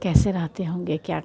कैसे रहते होंगे क्या